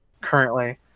currently